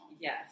Yes